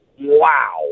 Wow